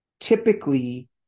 Typically